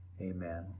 amen